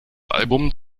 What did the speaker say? album